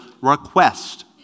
request